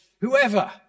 whoever